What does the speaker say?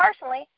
personally